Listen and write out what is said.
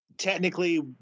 Technically